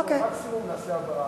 נלך על זה,